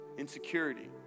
Insecurity